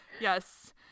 Yes